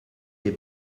des